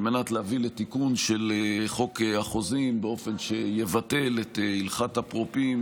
על מנת להביא לתיקון של חוק החוזים באופן שיבטל את הלכת אפרופים,